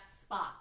spot